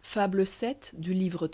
fable vil le lièvre